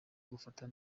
gufata